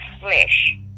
flesh